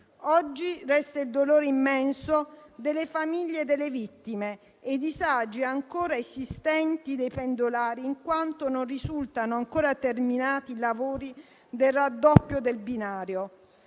Oggi resta il dolore immenso delle famiglie delle vittime e i disagi ancora esistenti tra i pendolari, in quanto non risultano ancora terminati i lavori del raddoppio del binario.